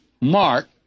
Mark